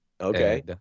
Okay